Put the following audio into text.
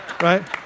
right